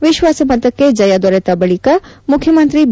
ವಿಶ್ವಾಸಮತಕ್ಕೆ ಜಯ ದೊರೆತ ಬಳಿಕ ಮುಖ್ಯಮಂತ್ರಿ ಬಿ